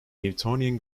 newtonian